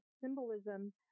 symbolism